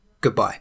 Goodbye